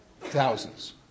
Thousands